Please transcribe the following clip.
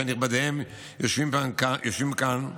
שנכבדיהם יושבים כאן,